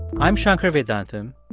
i'm shankar vedantam.